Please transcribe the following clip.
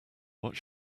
what